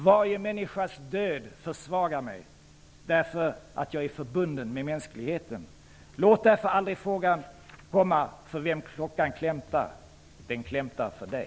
Varje människas död försvagar mig, därför att jag är förbunden med mänskligheten; Låt därför aldrig fråga för vem klockan klämtar: den klämtar för dig.''